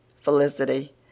Felicity